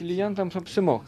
klientams apsimoka